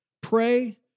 pray